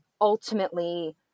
ultimately